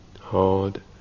hard